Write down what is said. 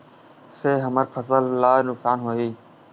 से हमर फसल ला नुकसान होही?